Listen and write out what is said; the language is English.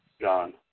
John